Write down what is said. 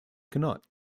cannot